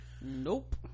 nope